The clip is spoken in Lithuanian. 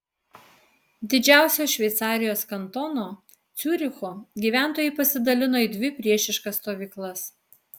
didžiausio šveicarijos kantono ciuricho gyventojai pasidalino į dvi priešiškas stovyklas